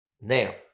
Now